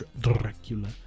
Dracula